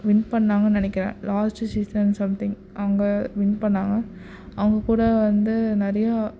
win பண்ணிணாங்கன்னு நினைக்கிறேன் last season something அவங்க வின் பண்ணிணாங்க அவங்க கூட வந்து நிறையா